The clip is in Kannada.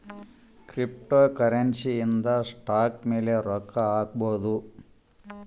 ಕ್ರಿಪ್ಟೋಕರೆನ್ಸಿ ಇಂದ ಸ್ಟಾಕ್ ಮೇಲೆ ರೊಕ್ಕ ಹಾಕ್ಬೊದು